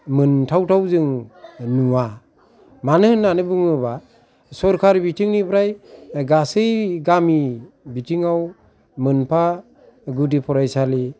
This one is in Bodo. मोनथाव थाव जों नुवा मानो होनानै बुङोबा सरखार बिथिंनिफ्राय गासै गामि बिथिंआव मोनफा गुदि फरायसालि